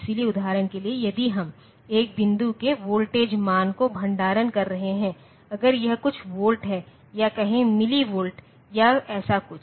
इसलिए उदाहरण के लिए यदि हम एक बिंदु के वोल्टेज मान को भंडारण कर रहे है अगर यह कुछ वोल्ट है या कहें मिलि वोल्ट या ऐसा कुछ